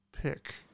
pick